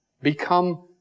become